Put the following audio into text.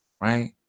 right